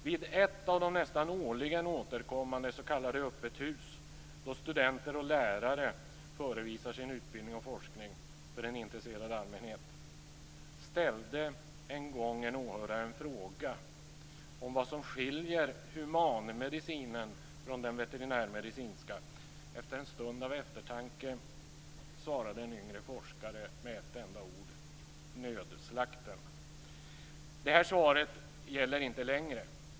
Vid ett av de nästan årligen återkommande s.k. öppet hus, då studenter och lärare förevisar sin utbildning och forskning för en intresserad allmänhet, ställde en gång en åhörare en fråga om vad som skiljer humanmedicin från veterinärmedicin. Efter en stund av eftertanke svarade en yngre forskare med ett enda ord: Nödslakten! Det här svaret gäller inte längre.